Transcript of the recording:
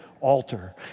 altar